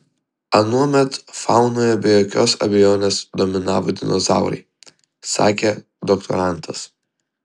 anuomet faunoje be jokios abejonės dominavo dinozaurai sakė doktorantas